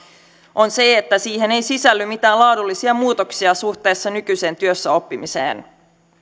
on se että siihen ei sisälly mitään laadullisia muutoksia suhteessa nykyiseen työssäoppimiseen